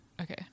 Okay